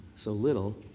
so little.